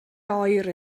oer